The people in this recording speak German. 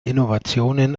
innovationen